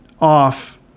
off